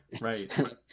right